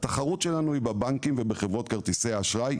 התחרות שלנו היא בבנקים ובחברות כרטיסי האשראי,